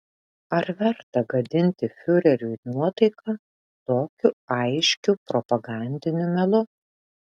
ar verta gadinti fiureriui nuotaiką tokiu aiškiu propagandiniu melu